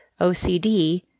OCD